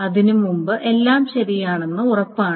അതിനുമുമ്പ് എല്ലാം ശരിയാണെന്ന് ഉറപ്പാണ്